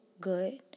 good